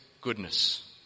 goodness